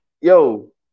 yo